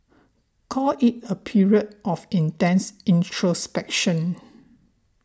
call it a period of intense introspection